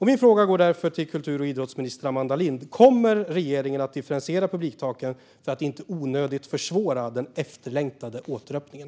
Min fråga går därför till kultur och idrottsminister Amanda Lind: Kommer regeringen att differentiera publiktaken för att inte onödigt försvåra den efterlängtade återöppningen?